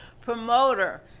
promoter